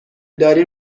داری